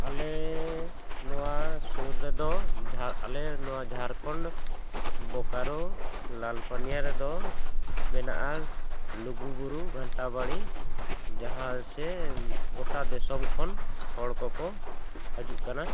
ᱟᱞᱮ ᱱᱚᱣᱟ ᱥᱩᱨ ᱨᱮᱫᱚ ᱟᱞᱮ ᱱᱚᱣᱟ ᱡᱷᱟᱲᱠᱷᱚᱸᱰ ᱵᱳᱠᱟᱨᱳ ᱞᱟᱞᱯᱟᱹᱱᱤᱭᱟ ᱨᱮᱫᱚ ᱢᱮᱱᱟᱜᱼᱟ ᱞᱩᱜᱩᱵᱩᱨᱩ ᱜᱷᱟᱱᱴᱟ ᱵᱟᱲᱮ ᱡᱟᱦᱟᱸ ᱥᱮ ᱜᱚᱴᱟ ᱫᱤᱥᱚᱢ ᱠᱷᱚᱱ ᱦᱚᱲ ᱠᱚᱠᱚ ᱦᱤᱡᱩᱜ ᱠᱟᱱᱟ